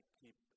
keep